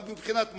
גם מבחינת מים,